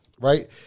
right